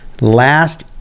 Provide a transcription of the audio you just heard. Last